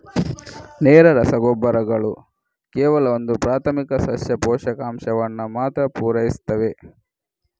ನೇರ ರಸಗೊಬ್ಬರಗಳು ಕೇವಲ ಒಂದು ಪ್ರಾಥಮಿಕ ಸಸ್ಯ ಪೋಷಕಾಂಶವನ್ನ ಮಾತ್ರ ಪೂರೈಸ್ತವೆ